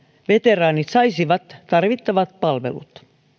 veteraanit saisivat tarvittavat palvelut